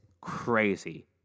crazy